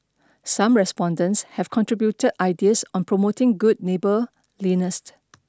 some respondents have contributed ideas on promoting good neighborliness